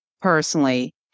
personally